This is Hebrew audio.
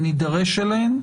שנידרש אליהן.